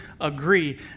agree